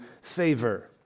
favor